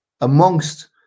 amongst